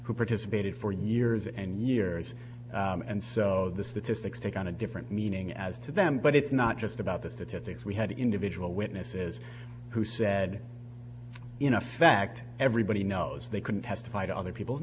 who participated for years and years and so the statistics take on a different meaning as to them but it's not just about the statistics we had individual witnesses who said you know a fact everybody knows they couldn't testify to other people's